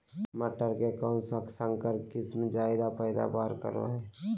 मटर के कौन संकर किस्म जायदा पैदावार करो है?